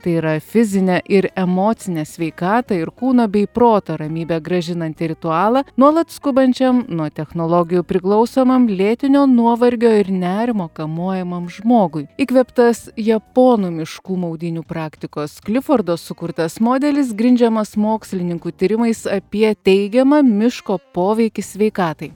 tai yra fizinę ir emocinę sveikatą ir kūno bei proto ramybę grąžinantį ritualą nuolat skubančiam nuo technologijų priklausomam lėtinio nuovargio ir nerimo kamuojamam žmogui įkvėptas japonų miškų maudynių praktikos klifordo sukurtas modelis grindžiamas mokslininkų tyrimais apie teigiamą miško poveikį sveikatai